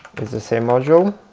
it's the same module,